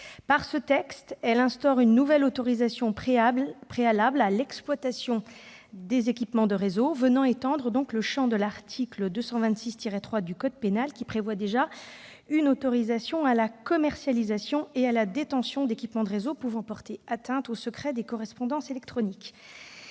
Par ce texte, elle instaure une nouvelle autorisation préalable à l'exploitation des équipements de réseaux, venant étendre le champ de l'article R. 226-3 du code pénal, qui prévoit déjà une autorisation à la commercialisation et à la détention d'équipements de réseau pouvant porter atteinte au secret des correspondances électroniques.